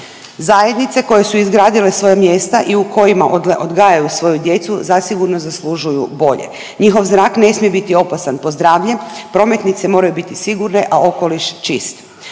Zajednice koje su izgradile svoja mjesta i u kojima odgajaju svoju djecu zasigurno zaslužuju bolje. Njihov zrak ne smije biti opasan po zdravlje, prometnice moraju biti sigurne, a okoliš čist.